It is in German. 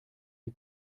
die